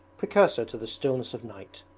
precursor to the stillness of night.